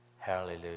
Hallelujah